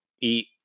eat